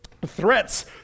threats